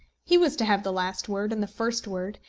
he was to have the last word and the first word,